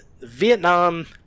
Vietnam